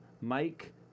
Mike